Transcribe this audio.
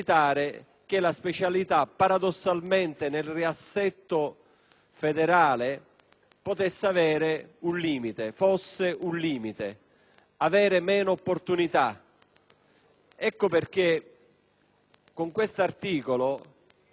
federale potesse essere un limite o comportasse meno opportunità. Ecco perché con questo articolo si tenta, invece, di conciliare le due dimensioni: